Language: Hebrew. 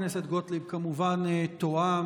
חברת הכנסת גוטליב כמובן טועה,